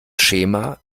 schema